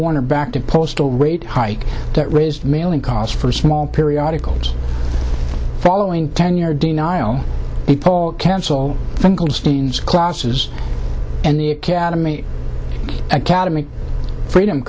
warner back to postal rate hike that raised mailing costs for small periodicals following tenure denial a poll cancel finkelstein's classes and the academy academy freedom